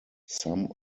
some